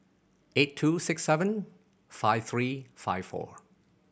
eight two six seven five three five four